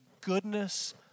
goodness